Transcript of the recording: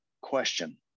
question